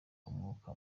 umwuka